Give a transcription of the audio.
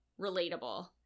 relatable